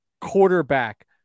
quarterback